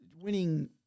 winning